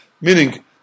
meaning